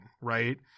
right